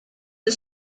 the